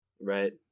Right